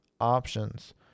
options